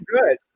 good